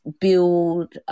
Build